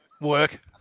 Work